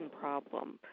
problem